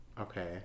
Okay